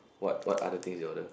what what other things you order